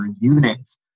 units